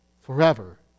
forever